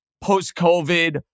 post-COVID